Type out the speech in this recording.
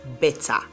better